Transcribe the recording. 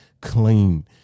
clean